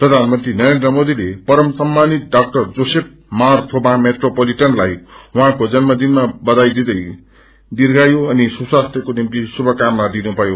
प्रथानमंत्री नरेन्द्र मोरीले परम सम्मानित डाक्अर जोसेफ मार थोमा मेट्रोपोलिटनलाई उहाँको जन्मदिनमा बथाई दिरै दीर्घायु अनि युस्वास्थ्यको निम्ति श्रुभकामना दिनुभयो